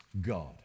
God